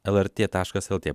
lrt taškas lt